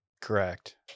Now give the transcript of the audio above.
Correct